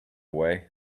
way